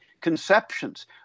conceptions